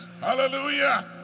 hallelujah